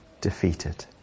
defeated